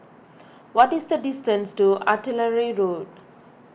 what is the distance to Artillery Road